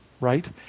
right